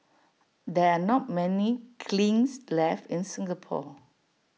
there are not many kilns left in Singapore